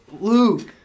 Luke